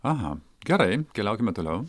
aha gerai keliaukime toliau